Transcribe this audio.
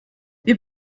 wir